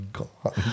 god